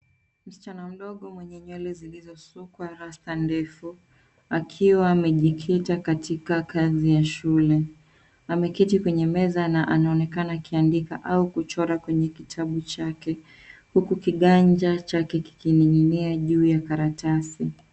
Msichana mdogo mwenye nywele zilizosukwa rasta ndefu, akiwa amejikita katika kazi ya shule. Ameketi kwenye meza na anaonekana akiandika au kuchora kwenye kitabu chake, huku kiganja chake kikining'inia juu ya karatasi.